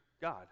God